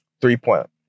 three-point